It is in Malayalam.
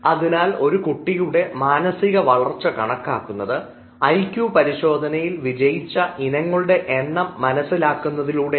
അതിനാൽ ഒരു കുട്ടിയുടെ മാനസിക വളർച്ച കണക്കാക്കുന്നത് ഐക്യു പരിശോധനയിൽ വിജയിച്ച ഇനങ്ങളുടെ എണ്ണം മനസ്സിലാക്കുന്നതിലൂടെയാണ്